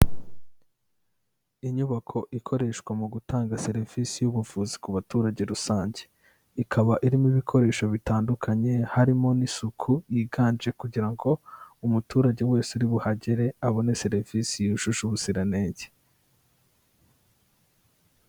Inyubako ikoreshwa mu gutanga serivisi y'ubuvuzi ku baturage rusange, ikaba irimo ibikoresho bitandukanye harimo n'isuku yiganje kugira ngo umuturage wese uri buhagere abone serivisi yujuje ubuziranenge.